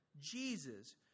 Jesus